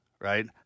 right